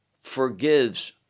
forgives